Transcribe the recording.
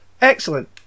Excellent